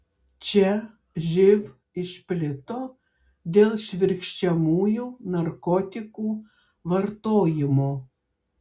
čia živ išplito dėl švirkščiamųjų narkotikų vartojimo